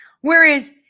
Whereas